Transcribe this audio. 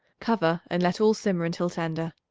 cover and let all simmer until tender.